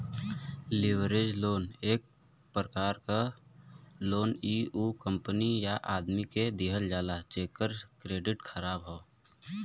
leverage loan एक प्रकार क लोन इ उ कंपनी या आदमी के दिहल जाला जेकर क्रेडिट ख़राब हौ